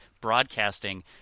broadcasting